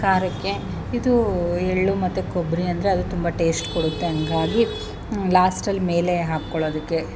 ಖಾರಕ್ಕೆ ಇದೂ ಎಳ್ಳು ಮತ್ತೆ ಕೊಬ್ಬರಿ ಅಂದರೆ ಅದು ತುಂಬ ಟೇಶ್ಟ್ ಕೊಡುತ್ತೆ ಹಂಗಾಗಿ ಲಾಸ್ಟಲ್ಲಿ ಮೇಲೆ ಹಾಕ್ಕೊಳ್ಳೋದಕ್ಕೆ